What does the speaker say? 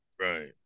Right